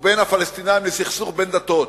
לבין הפלסטינים לסכסוך בין דתות.